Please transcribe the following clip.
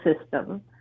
system